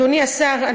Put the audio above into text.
אדוני השר,